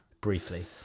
Briefly